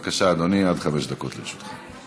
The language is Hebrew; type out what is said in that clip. בבקשה, אדוני, עד חמש דקות לרשותך.